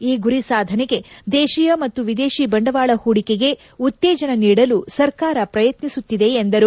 ಈ ಗುರಿ ಸಾಧನೆಗೆ ದೇಶೀಯ ಮತ್ತು ವಿದೇಶಿ ಬಂಡವಾಳ ಹೂಡಿಕೆಗೆ ಉತ್ತೇಜನ ನೀಡಲು ಸರ್ಕಾರ ಪ್ರಯತ್ನಿಸುತ್ತಿದೆ ಎಂದರು